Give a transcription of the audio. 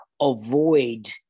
avoid